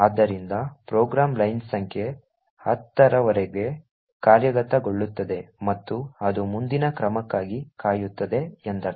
ಆದ್ದರಿಂದ program line ಸಂಖ್ಯೆ 10 ರವರೆಗೆ ಕಾರ್ಯಗತಗೊಳ್ಳುತ್ತದೆ ಮತ್ತು ಅದು ಮುಂದಿನ ಕ್ರಮಕ್ಕಾಗಿ ಕಾಯುತ್ತದೆ ಎಂದರ್ಥ